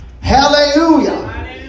Hallelujah